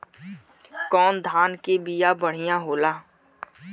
कौन धान के बिया बढ़ियां होला?